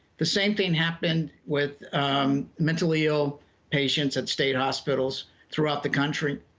the same thing happened with mentally ill patients at state hospitals throughout the country.